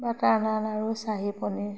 butter naan আৰু চাহী পনীৰ